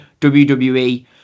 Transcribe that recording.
WWE